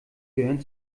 gehören